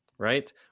right